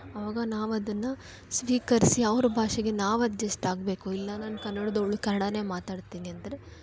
ಆವಾಗ ನಾವು ಅದನ್ನ ಸ್ವೀಕರಿಸಿ ಅವ್ರ ಭಾಷೆಗೆ ನಾವು ಅಡ್ಜೆಸ್ಟ್ ಆಗಬೇಕು ಇಲ್ಲಾಂದರೆ ನಾನು ಕನ್ನಡದವಳು ಕನ್ನಡ ಮಾತಾಡ್ತೀನಿ ಅಂದರೆ